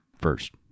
first